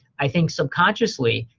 i think, subconsciously,